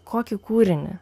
kokį kūrinį